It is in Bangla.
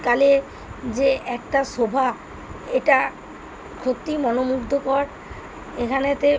কালে যে একটা শোভা এটা সত্যিই মনোমুগ্ধকর এখানেতে